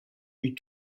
eut